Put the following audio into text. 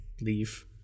leave